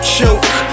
Choke